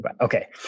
Okay